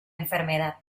enfermedad